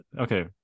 okay